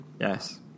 Yes